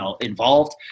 involved